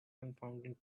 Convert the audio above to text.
confounded